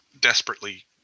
desperately